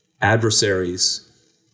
adversaries